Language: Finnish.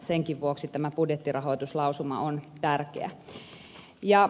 senkin vuoksi tämä budjettirahoituslausuma on tärkeä